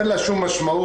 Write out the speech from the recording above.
אין לה שום משמעות.